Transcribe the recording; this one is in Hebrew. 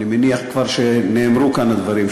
אני מניח כבר שנאמרו כאן הדברים,